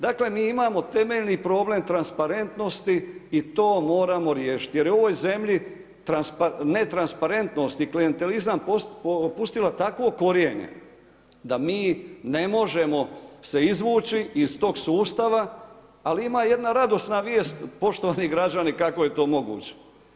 Dakle mi imamo temeljni problem transparentnosti i to moramo riješiti, jer u ovoj zemlji netransparentnost i klijentizam putilo takvo krojene, da mi ne možemo se izvući iz tog sustava, ali ima jedna radosna vijest, poštovani građani kako je to moguće.